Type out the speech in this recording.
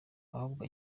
ahubwo